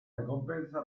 recompensa